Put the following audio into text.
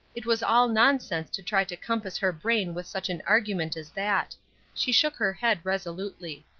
it was all nonsense to try to compass her brain with such an argument as that she shook her head resolutely.